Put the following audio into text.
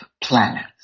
planets